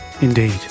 indeed